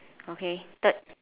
okay third